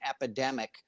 epidemic